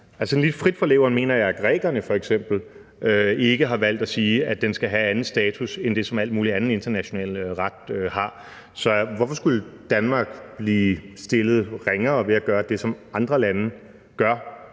skudt fra hoften mener jeg, at grækerne f.eks. ikke har valgt at sige, at den skal have anden status end det, som al mulig anden international ret har, så hvorfor skulle Danmark blive stillet ringere end andre lande ved at gøre det, som andre lande gør?